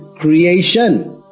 creation